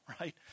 right